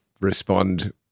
respond